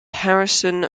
harrison